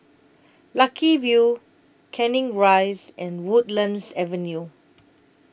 Lucky View Canning Rise and Woodlands Avenue